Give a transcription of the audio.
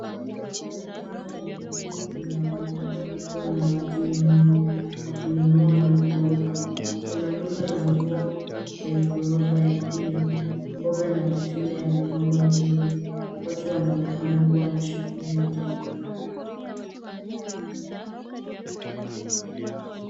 Soko la kisasa la Kikuyu linaonekana likiwa na watu wengi wakinunua na kuuza. Kuna duka la nguo kwenye ghorofa ya pili. Mboga na matunda yamepangwa vizuri. Watu wanaonekana kuwa na shughuli nyingi.